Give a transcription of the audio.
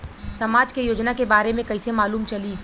समाज के योजना के बारे में कैसे मालूम चली?